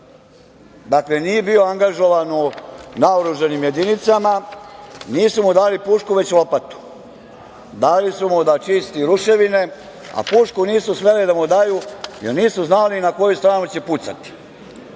Dakle, nije bio angažovan u naoružanim jedinicama, nisu mu dali pušku, već lopatu. Dali su mu da čisti ruševine, a pušku nisu smeli da mu daju jer nisu znali na koju stranu će pucati.